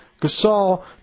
Gasol